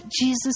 Jesus